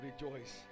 rejoice